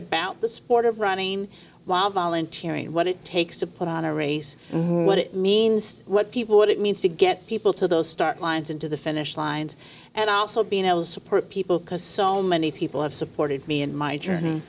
about the sport of running while volunteering what it takes to put on a race what it means what people what it means to get people to those stark lines and to the finish line and also being able to support people because so many people have supported me in my journ